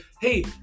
hey